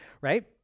right